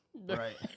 right